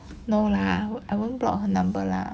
no lah I won't block her number lah